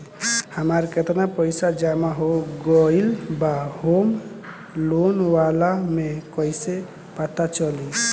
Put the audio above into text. हमार केतना पईसा जमा हो गएल बा होम लोन वाला मे कइसे पता चली?